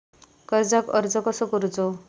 कर्जाक अर्ज कसो करूचो?